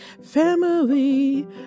family